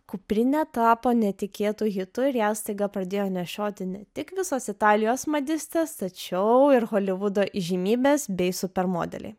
kuprinę tapo netikėtu hitu ir ją staiga pradėjo nešioti ne tik visos italijos madistės tačiau ir holivudo įžymybes bei supermodeliai